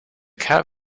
cap